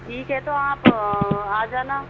ठीक है तो आप आ जाना